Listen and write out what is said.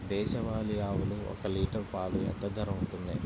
దేశవాలి ఆవులు ఒక్క లీటర్ పాలు ఎంత ధర ఉంటుంది?